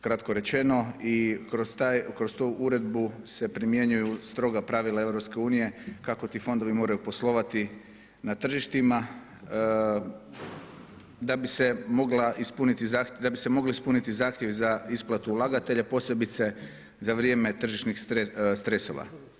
Kratko rečeno i kroz tu uredbu se primjenjuju stroga pravila EU-a kako ti fondovi moraju poslovati na tržištima da bi se mogli ispuniti zahtjevi za isplatu ulagatelja, posebice za vrijeme tržišnih stresova.